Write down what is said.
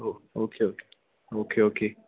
oh okay okay okay okay